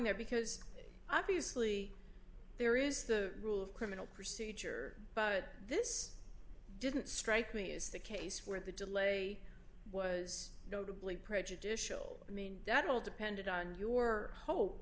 there because obviously there is the rule of criminal procedure but this didn't strike me as the case where the delay was notably prejudicial i mean that all depended on your hope